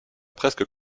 presque